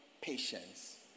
patience